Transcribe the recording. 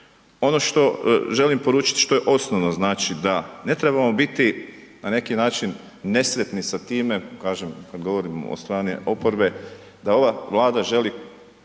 Ono što želim poručiti što je osnovno, znači da ne trebamo biti na neki način nesretni sa time, kažem kad govorimo od strane oporbe da ova Vlada želi